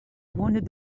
wanted